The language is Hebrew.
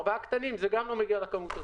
ארבעה קטנים שמגיעים לכמות הזאת.